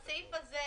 שמבין בלקרוא מאמרים?